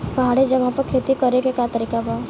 पहाड़ी जगह पर खेती करे के का तरीका बा?